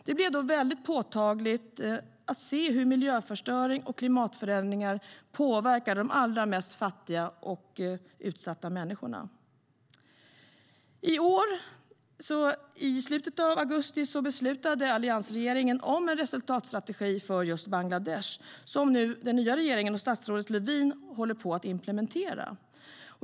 Det blev då väldigt påtagligt för oss hur miljöförstöring och klimatförändringar påverkar de allra mest fattiga och utsatta människorna.I slutet av augusti i år beslutade alliansregeringen om en resultatstrategi för just Bangladesh, och denna håller nu den nya regeringen med statsrådet Lövin på att implementera.